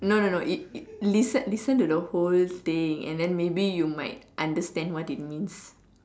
no no no you you listen listen to the whole thing and then you might understand what it means